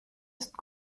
ist